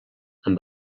amb